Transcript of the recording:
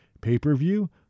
pay-per-view